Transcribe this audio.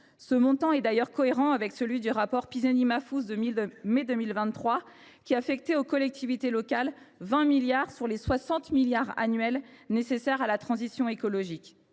Ce montant est cohérent avec celui du rapport Pisani Ferry Mahfouz de 2023, qui imputait aux collectivités locales 20 milliards d’euros sur les 60 milliards annuels nécessaires à la transition écologique.